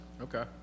Okay